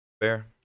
fair